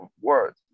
words